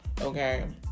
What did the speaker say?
Okay